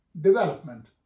development